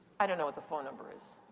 i don't know what the phone number is.